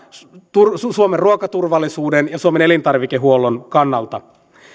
suomen ruokaturvallisuuden ja suomen elintarvikehuollon kannalta